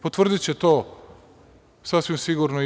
Potvrdiće to sasvim sigurno i on.